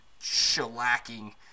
shellacking